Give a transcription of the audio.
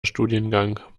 studiengang